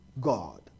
God